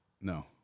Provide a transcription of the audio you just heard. no